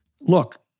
Look